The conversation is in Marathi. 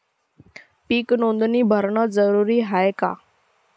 पीक नोंदनी भरनं जरूरी हाये का?